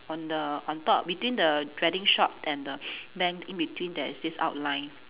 on the on top between the wedding shop and the bank in between there is this outline